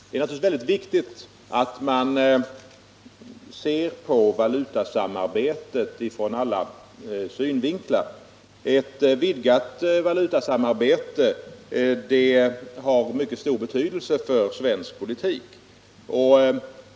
Det är givetvis väldigt viktigt att man ser på valutasamarbetet ur alla synvinklar. Ett vidgat valutasamarbete har mycket stor betydelse för svensk politik.